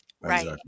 Right